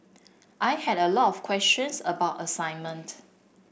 I had a lot of questions about assignment